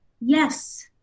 yes